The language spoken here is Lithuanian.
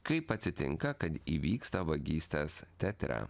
kaip atsitinka kad įvyksta vagystės teatre